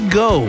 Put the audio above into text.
go